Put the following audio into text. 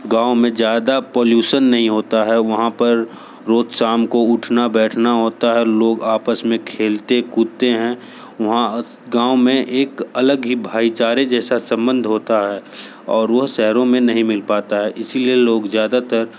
गाँव में ज़्यादा पोलूशन नहीं होता है वहाँ पर रोज शाम को उठना बैठना होता है लोग आपस में खेलते कूदते हैं वहाँ गाँव में एक अलग ही भाईचारे जैसा संबंध होता है और वह शहरों में नहीं मिल पाता है इसलिए लोग ज़्यादातर